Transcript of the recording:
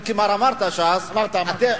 אם כבר אמרתי ש"ס, אמרת, אמרת.